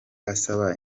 asaba